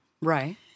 Right